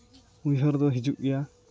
ᱩᱭᱦᱟᱹᱨ ᱫᱚ ᱦᱤᱡᱩᱜ ᱜᱮᱭᱟ